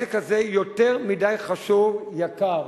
העסק הזה יותר מדי חשוב, יקר